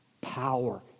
power